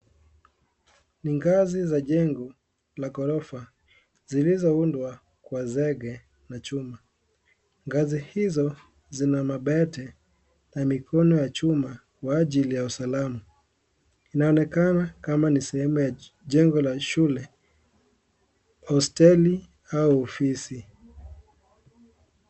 Ngazi za jengo la ghorofa zilizoundwa kwa zege na chuma. Ngazi hizo zina mabati na mikono ya chuma kwa ajili ya usalama. Inaonekana kama ni sehemu ya jengo la shule, hosteli au ofisi.